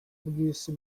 bw’isi